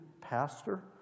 pastor